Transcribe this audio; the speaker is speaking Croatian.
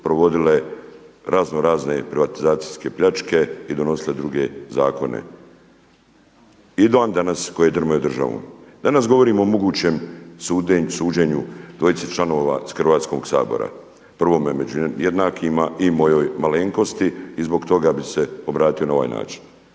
provodile razno razne privatizacijske pljačke i donosile druge zakone i dan danas koje drmaju državom. Danas govorimo o mogućem suđenju dvojici članova iz Hrvatskog sabora, prvome među jednakima i mojoj malenkosti i zbog toga bi se obratio na ovaj način.